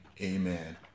amen